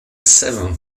seventh